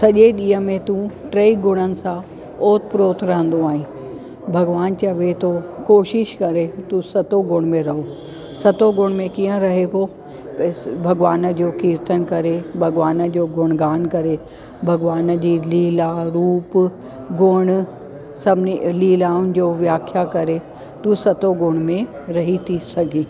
सॼे ॾींहं में तू ट्रई गुणनि सां ओत प्रोथ रहंदो आई भॻिवानु चवे थो कोशिश करे तू सतो गुण में रहो सतो गुण में कीअं रहिबो भॻिवान जो कीर्तन करे भगवान जो गुणगान करे भगवान जी लीला रूप गुण सभिनी लीलाउनि जो व्याख्या करे तू सतो गुण में रही थी सघे